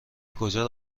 کجا